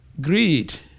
Greed